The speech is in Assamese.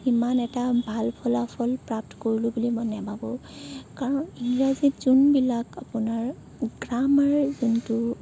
ইমান এটা ভাল ফলাফল প্ৰাপ্ত কৰিলোঁ বুলি মই নাভাবোঁ কাৰণ ইংৰাজীত যোনবিলাক আপোনাৰ গ্ৰামাৰ যোনটো